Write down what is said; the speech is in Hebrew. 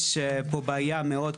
יש פה בעיה מאוד קשה.